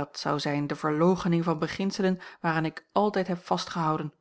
dàt zou zijn de verloochening van beginselen waaraan ik altijd heb vastgehouden